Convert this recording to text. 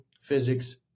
physics